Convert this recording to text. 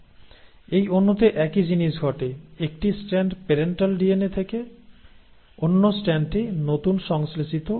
এই অণুতে একই জিনিস ঘটে একটি স্ট্র্যান্ড প্যারেন্টাল ডিএনএ থেকে অন্য স্ট্র্যান্ডটি নতুন সংশ্লেষিত স্ট্র্যান্ড